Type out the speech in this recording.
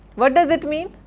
what does it mean?